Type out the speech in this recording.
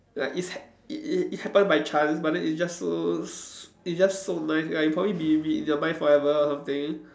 like it's it it it happen by chance but then it just so s~ it just so nice ya it probably be be in your mind forever or something